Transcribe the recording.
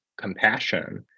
compassion